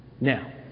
Now